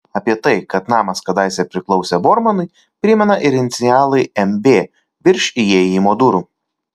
apie tai kad namas kadaise priklausė bormanui primena ir inicialai mb virš įėjimo durų